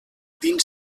dins